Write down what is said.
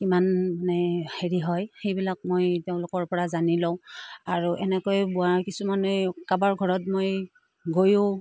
কিমান মানে হেৰি হয় সেইবিলাক মই তেওঁলোকৰপৰা জানি লওঁ আৰু এনেকৈ বোৱা কিছুমানে কাৰোবাৰ ঘৰত মই গৈও